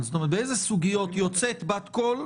היה אפשר לכתוב פשוט את שמות המפלגות.